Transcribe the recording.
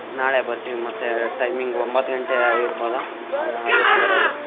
ನಾಳೆ ಬರ್ತೀವಿ ಮತ್ತು ಟೈಮಿಂಗ್ ಒಂಬತ್ತು ಗಂಟೆ ಇರಬೋದ ಆಗುತ್ತೆ ಬರೋದು